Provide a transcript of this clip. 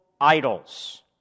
idols